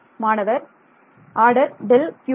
மாணவர் ஆர்டர் டெல் qவினால்